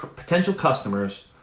potential customers,